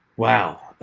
wow.